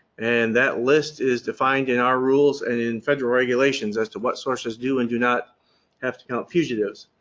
and that list is defined in our rules and in federal regulations as to what sources do and do not have to count fugitives.